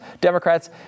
Democrats